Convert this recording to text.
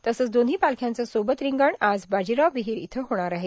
तसंच दोन्ही पालख्यांचं सोबत रिंगण आज बाजीराव विहीर इथं होणार आहे